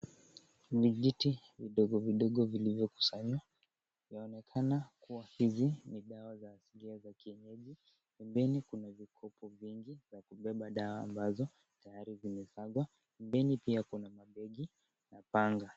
Vijiti vidogo vidogo vilivyokusanywa, inaonekana kuwa hizi ni dawa za asilia ya kienyeji, pembeni kuna vikopo vingi vya kubeba dawa ambazo tayari zimesagwa ndani pia kuna mabegi na panga.